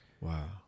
Wow